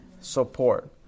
support